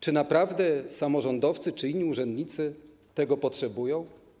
Czy naprawdę samorządowcy czy inni urzędnicy tego potrzebują?